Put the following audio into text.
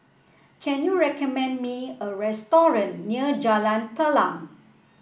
can you recommend me a restaurant near Jalan Telang